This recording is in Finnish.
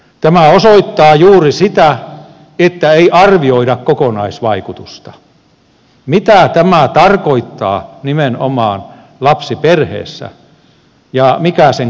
tämä osoittaa juuri sitä että ei arvioida kokonaisvaikutusta mitä tämä tarkoittaa nimenomaan lapsiperheessä ja mikä sen kokonaisvaikuttavuus on